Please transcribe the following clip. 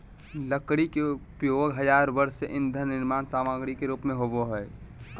लकड़ी के उपयोग हजार वर्ष से ईंधन निर्माण सामग्री के रूप में होबो हइ